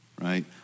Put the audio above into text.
right